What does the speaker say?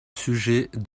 sujets